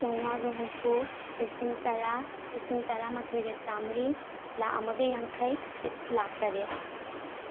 ꯆꯥꯝꯃꯉꯥꯒ ꯍꯨꯝꯐꯨ ꯂꯤꯁꯤꯡ ꯇꯔꯥ ꯂꯤꯁꯤꯡ ꯇꯔꯥ ꯃꯥꯊꯣꯏꯒ ꯆꯥꯝꯔꯤ ꯂꯥꯈ ꯑꯃꯒ ꯌꯥꯡꯈꯩ ꯂꯥꯈ ꯇꯔꯦꯠ